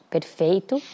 Perfeito